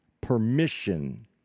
permission